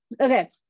okay